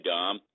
Dom